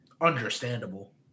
understandable